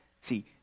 See